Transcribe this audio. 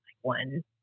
one